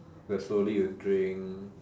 where slowly you drink